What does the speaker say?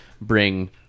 bring